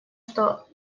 что